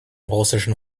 russischen